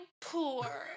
poor